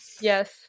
Yes